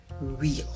real